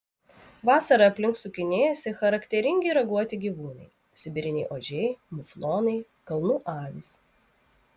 vasarą aplink sukinėjasi charakteringi raguoti gyvūnai sibiriniai ožiai muflonai kalnų avys